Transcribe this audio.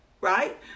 Right